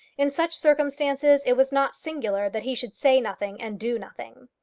in such circumstances it was not singular that he should say nothing and do nothing.